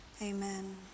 Amen